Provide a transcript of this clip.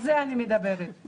לא על התקינה.